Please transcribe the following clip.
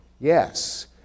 Yes